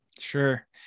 Sure